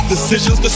Decisions